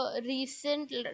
recent